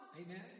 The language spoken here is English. Amen